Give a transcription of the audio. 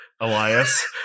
Elias